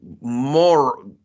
more